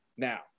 Now